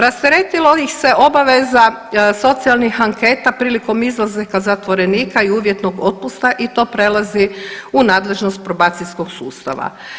Rasteretilo ih se obaveza socijalnih anketa prilikom izlazaka zatvorenika i uvjetnog otpusta i to prelazi u nadležnost probacijskog sustava.